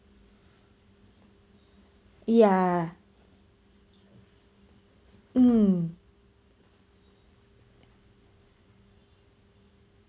yeah mm